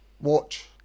watch